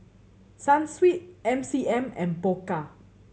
Sunsweet M C M and Pokka